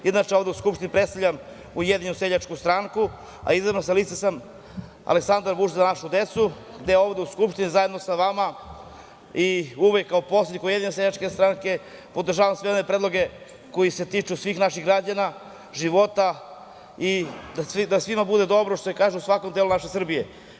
Inače, ovde u Skupštini predstavljam Ujedinjenu seljačku stranku, a izabran sam sa liste "Aleksandar Vučić - Za našu decu", gde ovde u Skupštini, zajedno sa vama, i uvek kao poslanik Ujedinjene seljačke stranke podržavam sve one predloge koji se tiču svih naših građana, života i da svima bude dobro, u svakom delu naše Srbije.